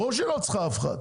ברור שהיא לא צריכה אף אחד,